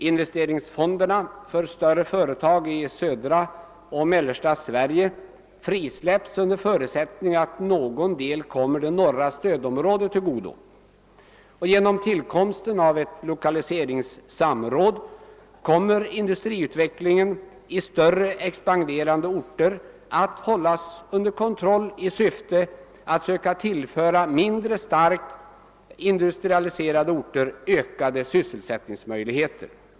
Investeringsfonderna för större företag i södra och mellersta Sverige frisläpps under förutsättning att någon del kommer det norra stödområdet till godo. Genom tillkomsten av ett lokaliseringssamråd kan industriutvecklingen i större, expanderande orter hållas under kontroll i syfte att mindre starkt industrialiserade orter skall tillföras ökade sysselsättningsmöjligheter.